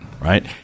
right